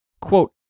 Quote